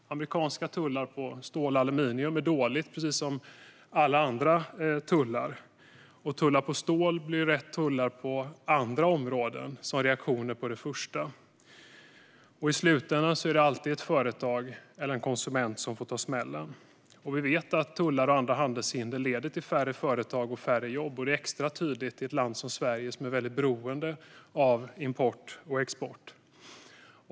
Amerikanska tullar för stål och aluminium är dåligt, precis som alla andra tullar. Och tullar för stål blir lätt tullar på andra områden, som reaktion på det första. I slutändan är det alltid ett företag eller en konsument som får ta smällen. Och vi vet att tullar och andra handelshinder leder till färre företag och färre jobb. Det är extra tydligt i ett land som Sverige, som är väldigt beroende av import och export.